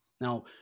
now